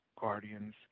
guardians